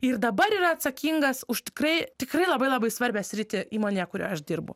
ir dabar yra atsakingas už tikrai tikrai labai labai svarbią sritį įmonėje kurioje aš dirbu